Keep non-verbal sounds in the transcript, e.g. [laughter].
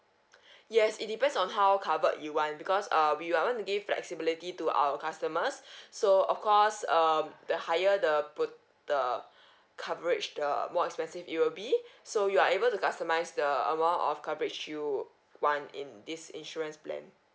[breath] yes it depends on how covered you want because err we w~ want to give flexibility to our customers [breath] so of course um the higher the put~ the coverage the more expensive it will be so you are able to customise the amount of coverage you want in this insurance plan